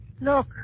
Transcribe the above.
Look